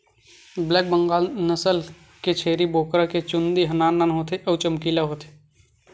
black Bengal नसल के छेरी बोकरा के चूंदी ह नान नान होथे अउ चमकीला होथे